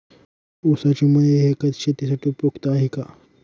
ऊसाची मळी हे खत शेतीसाठी उपयुक्त आहे का?